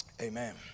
Amen